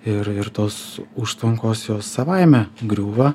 ir ir tos užtvankos jos savaime griūva